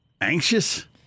anxious